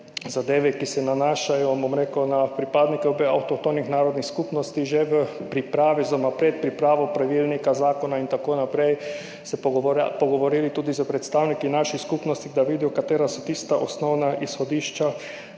zadev, ki se nanašajo, bom rekel, na pripadnike avtohtonih narodnih skupnosti, že v pripravi oziroma pred pripravo pravilnika, zakona in tako naprej pogovorili tudi s predstavniki naših skupnosti, da vidijo, katera so tista osnovna izhodišča,